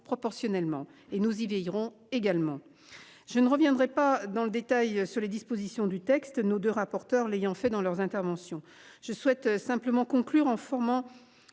proportionnellement, et nous y veillerons également. Je ne reviendrai pas dans le détail sur les dispositions du texte. Nos deux rapporteurs, l'ayant fait, dans leurs interventions, je souhaite simplement conclure en formant.